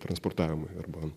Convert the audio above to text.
transportavimui arba